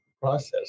process